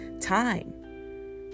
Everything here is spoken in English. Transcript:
time